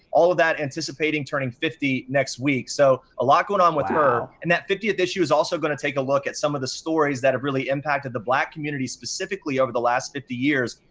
all of that anticipating turning fifty next week, so a lot going on with her. and that fiftieth issue is also gonna take a look at some of the stories that have really impacted the black community, specifically, over the last fifty years,